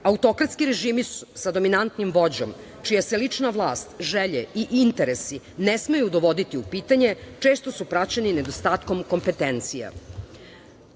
Autokratski režimi sa dominantnim vođom, čija se lična vlast, želje i interesi ne smeju dovoditi u pitanje, često su praćeni nedostatkom kompetencija. Srbija